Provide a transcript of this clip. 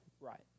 right